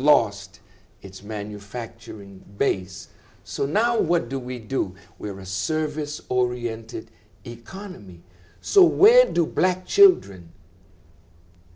lost its manufacturing base so now what do we do we are a service oriented economy so where do black children